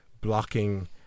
blocking